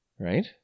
Right